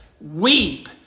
weep